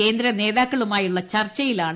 കേന്ദ്ര നേതാക്കളുമായുളള ചർച്ചയിലാണ് ബി